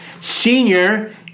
senior